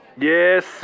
Yes